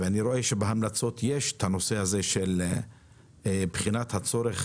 ואני רואה שבהמלצות יש את הנושא הזה של בחינת הצורך